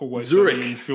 Zurich